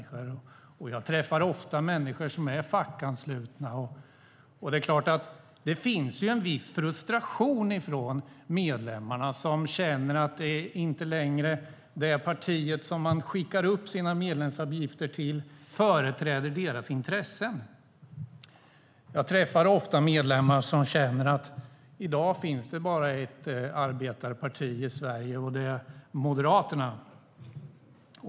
Jag träffar ofta människor som är fackanslutna. Det finns en viss frustration hos medlemmarna som känner att det parti som de skickar sin medlemsavgift till inte längre företräder deras intressen. Jag träffar ofta medlemmar som känner att det i dag bara finns ett arbetarparti i Sverige, och det är Moderaterna.